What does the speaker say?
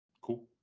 Cool